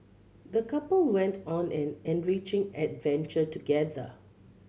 the couple went on an enriching adventure together